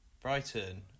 Brighton